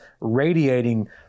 radiating